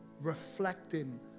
reflecting